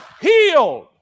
healed